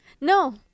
No